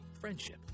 friendship